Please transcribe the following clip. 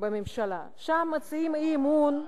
שם מציעים אי-אמון,